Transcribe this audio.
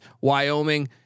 Wyoming